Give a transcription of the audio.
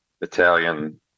Italian